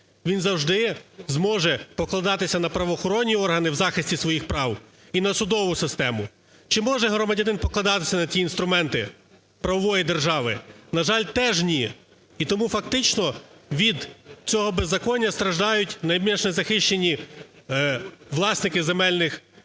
він завжди зможе покладатися на правоохоронні органи в захисті своїх прав і на судову систему. Чи може громадянин покладатися на ті інструменти правової держави? На жаль, теж, ні. І тому фактично від цього беззаконня страждають найбільш незахищені власники земельних ділянок,